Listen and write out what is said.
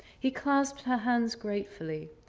he clasped her hands gratefully.